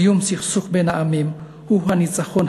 סיום הסכסוך בין העמים הוא הניצחון